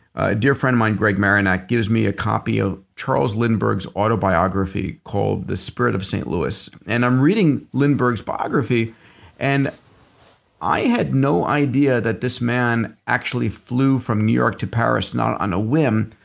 a dear friend of mine greg martinek gives me a copy of charles lindbergh's autobiography called the spirit of st. louis. and i'm reading lindbergh's biography and i had no idea that this man actually flew from new york to paris not on a whim,